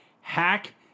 Hack